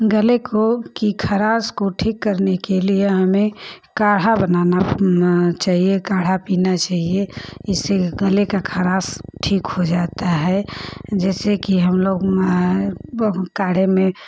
गले को की ख़राश को ठीक करने के लिए हमें काढ़ा बनाना चाहिए काढ़ा पीना चहिए इससे गले का ख़राश ठीक हो जाता है जैसे कि हमलोग काढ़े में